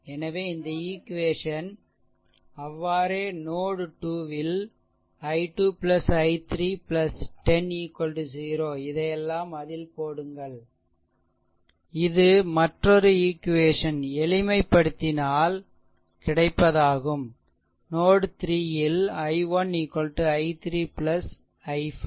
எனவே இந்த ஈக்வேஷன் அவ்வாறே நோட் 2 ல் i2 i3 10 0இதையெல்லாம் அதில் போடுங்கள் இது மற்றொரு ஈக்வேசன் எளிமைப்படுத்தினால் கிடைப்பதாகும் நோட் 3 ல் i1 i3 i5